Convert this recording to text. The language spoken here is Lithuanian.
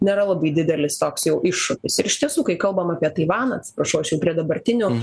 nėra labai didelis toks jau iššūkis ir iš tiesų kai kalbam apie taivaną atsiprašau aš čia prie dabartinio